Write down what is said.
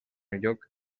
lloc